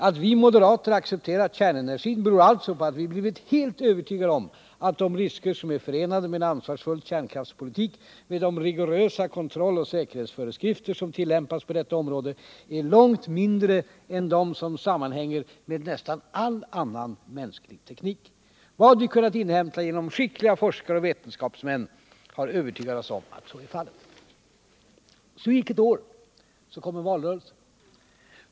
Att vi moderater accepterar kärnenergin beror alltså på att vi blivit helt övertygade om att de risker som är förenade med en ansvarsfull kärnkraftspolitik, med de rigorösa kontrolloch säkerhetsföreskrifter som tillämpas på detta område, är långt mindre än de som sammanhänger med nästan all annan mänsklig teknik. Vad vi kunnat inhämta genom skickliga forskare och vetenskapsmän har övertygat oss om att så är fallet. Så gick ett år. Så kom en valrörelse.